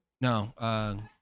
No